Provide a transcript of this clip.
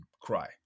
cry